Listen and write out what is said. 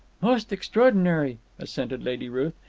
most extraordinary, assented lady ruth.